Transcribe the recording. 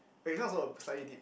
okay this one also uh slightly deep